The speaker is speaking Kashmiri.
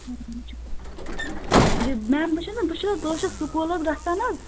یہِ میم بہٕ چھَس نہٕ بہٕ چھَس بہٕ حظ چھَس سکوٗل حظ گَژھان حظ